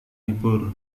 libur